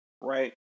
right